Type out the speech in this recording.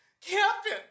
Captain